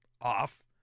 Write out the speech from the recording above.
off